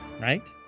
right